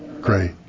Great